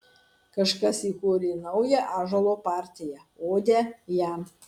kažkas įkūrė naują ąžuolo partiją odę jam